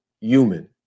human